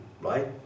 right